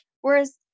whereas